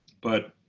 but